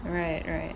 alright alright